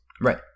right